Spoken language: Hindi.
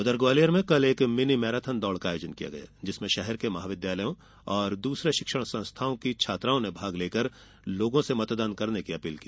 उधर ग्वालियर में कल एक मिनी मैराथन दौड़ का आयोजन किया गया जिसमें शहर के महाविद्यालयों और दूसरे शिक्षण संस्थाओं की छात्राओं ने भाग लेकर लोगों से मतदान करने की अपील की